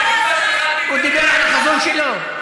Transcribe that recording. הוא דיבר על החזון שלו.